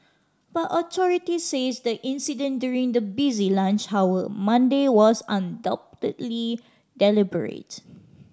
but authorities said the incident during the busy lunch hour Monday was undoubtedly deliberate